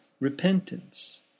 repentance